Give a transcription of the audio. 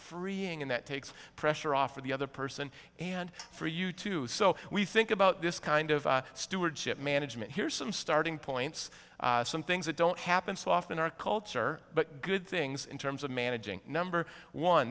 freeing and that takes pressure off of the other person and for you too so we think about this kind of stewardship management here's some starting points some things that don't happen so often in our culture but good things in terms of managing number one